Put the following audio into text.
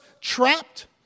trapped